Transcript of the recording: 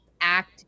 act